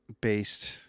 based